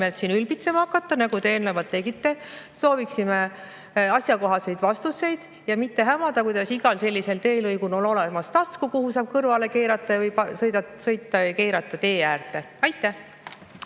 siin ülbitsema hakata, nagu te eelnevalt tegite, sooviksime asjakohaseid vastuseid. Palun mitte hämada, kuidas igal sellisel teelõigul on olemas tasku, kuhu saab kõrvale keerata või sõita tee äärde. Aitäh!